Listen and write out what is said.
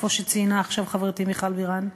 כמו שציינה עכשיו חברתי מיכל בירן.